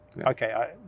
Okay